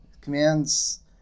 Commands